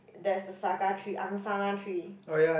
there's a saga tree angsana tree